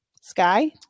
Sky